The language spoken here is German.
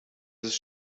ist